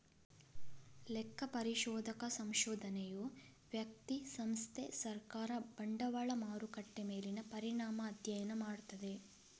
ಲೆಕ್ಕ ಪರಿಶೋಧಕ ಸಂಶೋಧನೆಯು ವ್ಯಕ್ತಿ, ಸಂಸ್ಥೆ, ಸರ್ಕಾರ, ಬಂಡವಾಳ ಮಾರುಕಟ್ಟೆ ಮೇಲಿನ ಪರಿಣಾಮ ಅಧ್ಯಯನ ಮಾಡ್ತದೆ